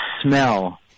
smell